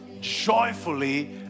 joyfully